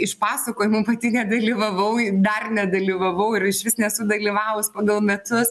iš pasakojimų pati nedalyvavau dar nedalyvavau ir išvis nesu dalyvavus pagal metus